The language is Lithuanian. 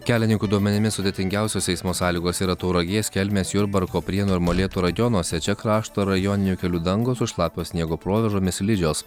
kelininkų duomenimis sudėtingiausios eismo sąlygos yra tauragės kelmės jurbarko prienų ir molėtų rajonuose čia krašto rajoninių kelių dangos su šlapio sniego provėžomis slidžios